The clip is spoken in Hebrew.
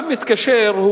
שגם מתקשר,